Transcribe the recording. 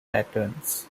patterns